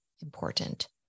important